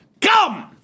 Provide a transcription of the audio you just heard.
come